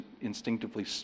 instinctively